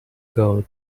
girl